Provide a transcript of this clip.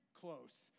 close